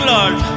Lord